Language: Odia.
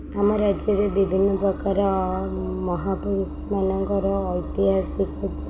ଆମ ରାଜ୍ୟରେ ବିଭିନ୍ନ ପ୍ରକାର ମହାପୁରୁଷମାନଙ୍କର ଐତିହାସିକ